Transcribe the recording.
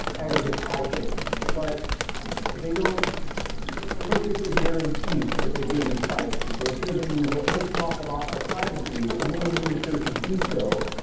aggregates hide things, but they don't perfectly guarantee that they've given you privacy. they've given you what looks an awful lot like privacy and may in many cases be so,